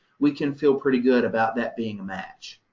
we can feel pretty good about that being a match.